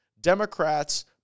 Democrats